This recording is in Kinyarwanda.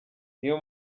niyo